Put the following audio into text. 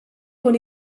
con